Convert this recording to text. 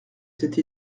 cette